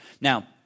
Now